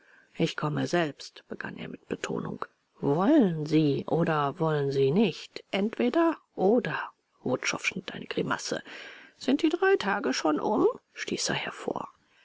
ich komme selbst begann er mit betonung wollen sie oder wollen sie nicht entweder oder wutschow schnitt eine grimasse sind die drei tage schon um stieß er hervor